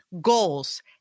goals